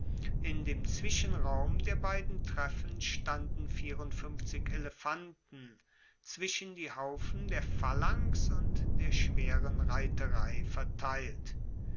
in dem zwischenraum der beiden treffen standen elefanten zwischen die haufen der phalanx und der schweren reiterei verteilt